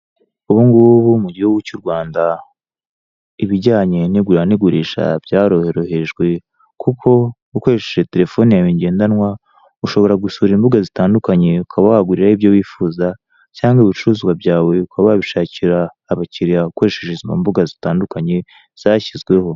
Ubungubu mu gihugu cy'u Rwanda ibijyanye n'igura n'igurisha byarorohejwe, kuko ukoresheje terefone yawe ngendanwa ushobora gusura imbuga zitandukanye ukaba waguriraho ibyo wifuza cyangwa ibicuruzwa byawe ukaba wabishakira abakiriya ukoresheje izo mbuga zitandukanye zashyizweho.